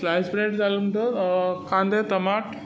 slice bread जालो म्हणटच कांदे टमाट